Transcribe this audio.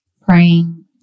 praying